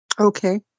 okay